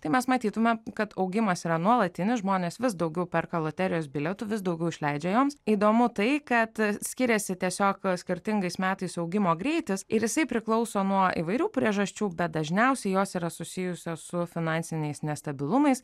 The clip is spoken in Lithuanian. tai mes matytume kad augimas yra nuolatinis žmonės vis daugiau perka loterijos bilietų vis daugiau išleidžia joms įdomu tai kad skiriasi tiesiog skirtingais metais augimo greitis ir jisai priklauso nuo įvairių priežasčių bet dažniausiai jos yra susijusios su finansiniais nestabilumais